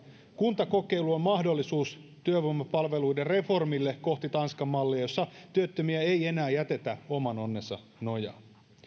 kuntakokeilu on mahdollisuus työvoimapalveluiden reformille kohti tanskan mallia jossa työttömiä ei enää jätetä oman onnensa nojaan voi